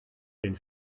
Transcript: den